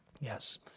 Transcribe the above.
Yes